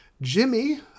Jimmy